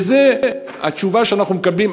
וזו התשובה שאנחנו מקבלים,